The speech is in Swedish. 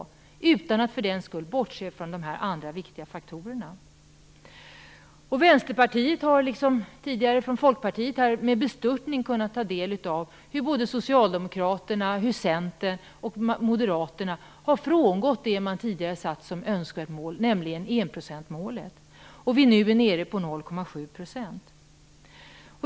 För den sakens skull behöver vi inte bortse från de andra viktiga faktorerna. Vänsterpartiet har, liksom Folkpartiet, med bestörtning kunnat ta del av hur Socialdemokraterna, Centern och Moderaterna frångått det man tidigare haft som önskemål, nämligen enprocentsmålet. Nu är vi nere på 0,7 %.